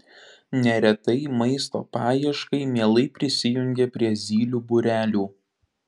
neretai maisto paieškai mielai prisijungia prie zylių būrelių